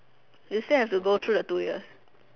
still have to go through the two years